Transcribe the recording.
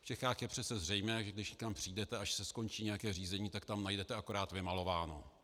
V Čechách je přece zřejmé, že když někam přijdete, až se skončí nějaké řízení, tak tam najdete akorát vymalováno.